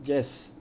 yes